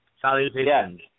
Salutations